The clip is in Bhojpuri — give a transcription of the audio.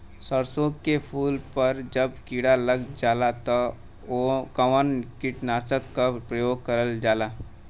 सरसो के फूल पर जब किड़ा लग जाला त कवन कीटनाशक क प्रयोग करल जाला?